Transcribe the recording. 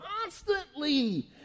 constantly